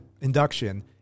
induction